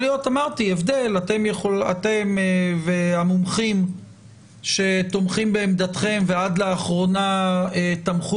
אתם והמומחים שתומכים בעמדתכם ועד לאחרונה תמכו